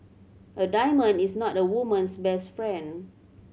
a diamond is not a woman's best friend